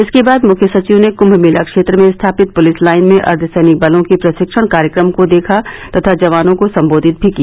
इसके बाद मुख्य सचिव ने कुंभ मेला क्षेत्र में स्थापित पुलिस लाईन में अर्द्यसैनिक बलों के प्रशिक्षण कार्यक्रम को देखा तथा जवानों को सम्बोधित भी किया